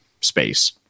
space